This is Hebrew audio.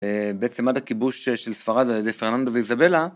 בעצם עד הכיבוש של ספרד ע"י פרננדו ואיזבלה...